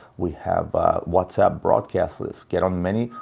we have a whatsapp broadcast list. get on many,